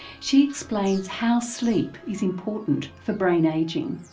she explains how sleep is important for brain ageing.